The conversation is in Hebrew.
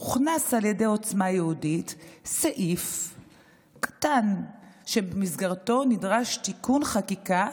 הוכנס על ידי עוצמה יהודית סעיף קטן שבמסגרתו נדרש תיקון חקיקה